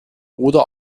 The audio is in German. oder